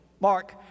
Mark